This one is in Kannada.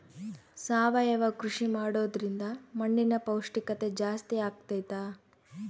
ಸಾವಯವ ಕೃಷಿ ಮಾಡೋದ್ರಿಂದ ಮಣ್ಣಿನ ಪೌಷ್ಠಿಕತೆ ಜಾಸ್ತಿ ಆಗ್ತೈತಾ?